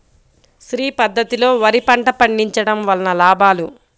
శ్రీ పద్ధతిలో వరి పంట పండించడం వలన లాభాలు?